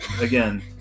again